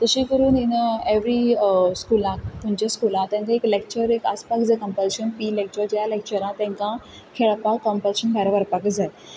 तशें करून in every स्कुलांत खंयचेय स्कुलांत तांकां एक लेक्चर एक आसपाक जाय कंपल्शन पी इ लेक्चर ज्या लेक्चराक तांकां खेळपाक कंपल्शन भायर व्हरपाकूच जाय